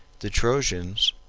the trojans,